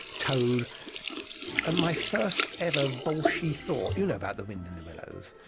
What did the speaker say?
toad and my first ever bolshie thought you know about the wind in the willows.